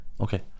Okay